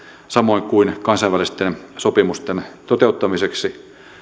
samoin kuin kansainvälisten sopimusten toteuttamiseksi